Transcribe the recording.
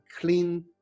clean